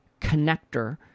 connector